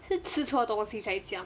是吃错东西才这样